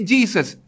Jesus